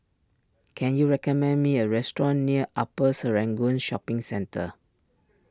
can you recommend me a restaurant near Upper Serangoon Shopping Centre